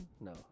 No